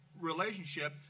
relationship